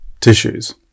tissues